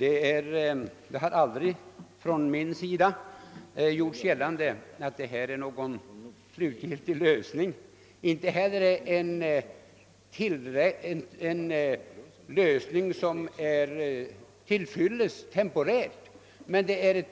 Herr talman! Jag har aldrig gjort gällande att Vindelälvens utbyggnad är någon slutgiltig lösning för bygden. Det är icke ens en fullgod lösning temporärt, men det